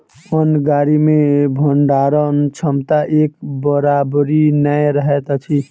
अन्न गाड़ी मे भंडारण क्षमता एक बराबरि नै रहैत अछि